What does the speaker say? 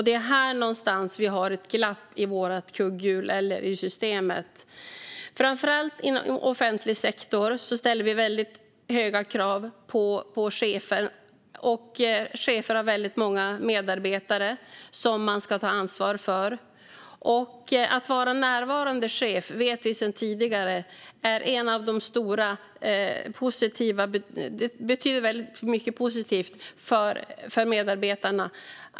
Det är här någonstans vi har ett glapp i systemet. Framför allt inom offentlig sektor ställer vi höga krav på cheferna, och cheferna har många medarbetare som de ska ta ansvar för. Att en chef är närvarande vet vi sedan tidigare är mycket positivt för medarbetarna.